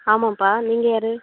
ஆமாம் பா நீங்கள் யார்